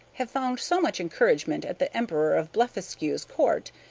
have found so much encouragement at the emperor of blefuscu's court,